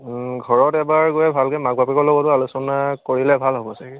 ঘৰত এবাৰ গৈ ভালকৈ মা বাপেকৰ লগতো আলোচনা কৰিলে ভাল হ'ব চাগৈ